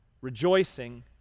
rejoicing